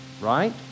Right